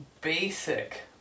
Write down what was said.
basic